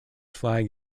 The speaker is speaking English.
flag